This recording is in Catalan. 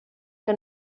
que